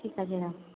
ঠিক আছে রাখুন